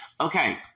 okay